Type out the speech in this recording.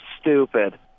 stupid